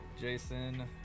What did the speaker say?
Jason